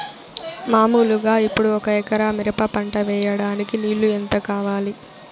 మామూలుగా ఇప్పుడు ఒక ఎకరా మిరప పంట వేయడానికి నీళ్లు ఎంత కావాలి?